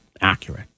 accurate